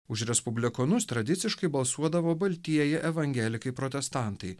už respublikonus tradiciškai balsuodavo baltieji evangelikai protestantai